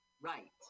Right